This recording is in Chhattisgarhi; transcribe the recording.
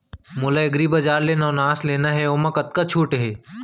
मोला एग्रीबजार ले नवनास लेना हे ओमा कतका छूट हे?